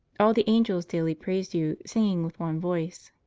all the angels daily praise you, singing with one voice